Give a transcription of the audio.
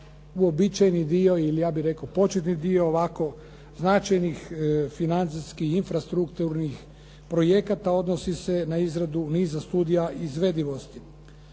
a uobičajeni dio ili ja bih rekao početni dio ovako značajnih financijskih infrastrukturnih projekata odnosi se na izradu niza studija izvedivosti.